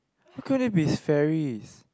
how can it be fairy